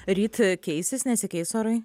ryt keisis nesikeis orai